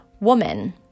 woman